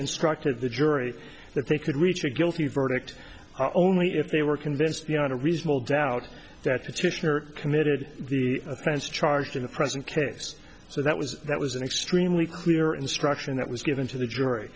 instructed the jury that they could reach a guilty verdict only if they were convinced beyond a reasonable doubt that its mission or committed the offense charged in the present case so that was that was an extremely clear instruction that was given to the jury